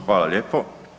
Hvala lijepo.